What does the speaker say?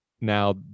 now